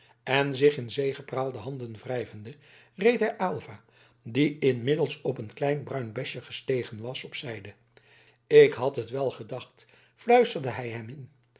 en zich in zegepraal de handen wrijvende reed hij aylva die inmiddels op een klein bruin blesje gestegen was op zijde ik had het wel gedacht fluisterde hij hem in